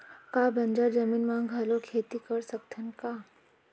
का बंजर जमीन म घलो खेती कर सकथन का?